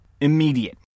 immediate